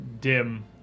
dim